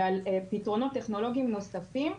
ועל פתרונות טכנולוגיים נוספים,